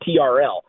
TRL